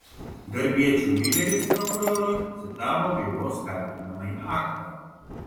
darbiečių lyderis prokurorui citavo bylos kaltinamąjį aktą